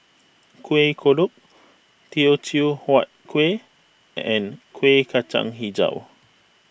Kuih Kodok Teochew Huat Kuih and Kuih Kacang HiJau